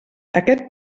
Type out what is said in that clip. aquest